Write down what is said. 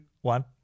one